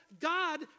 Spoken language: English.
God